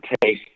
take